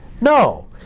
No